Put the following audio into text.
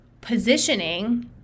positioning